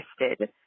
interested